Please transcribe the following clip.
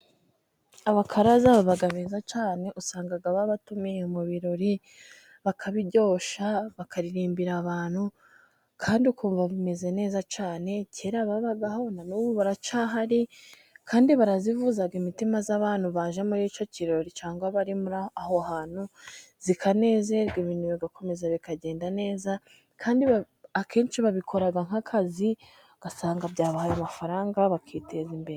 Abakaraza baba beza cyane usanga babatumiye mu birori ,bakabiryosha bakaririmbira abantu kandi ukumva bimeze neza cyane kerababagaho, na n'ubu baracyahari kandi barazivuza imitima y'abantu baje muri icyo kirori cyangwa bari muri aho hantu ikanezerwa, ibintu bigakomeza bikagenda neza akenshi babikoraga nk'akazi ugasanga byabahaye amafaranga bakiteza imbere.